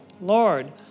Lord